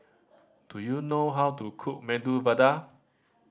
do you know how to cook Medu Vada